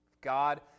God